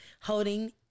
holding